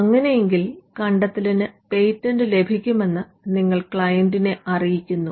അങ്ങെനെയെങ്ങിൽ കണ്ടെത്തലിന് പേറ്റന്റ് ലഭിക്കുമെന്ന് നിങ്ങൾ ക്ലയന്റിനെ അറിയിക്കുന്നു